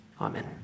Amen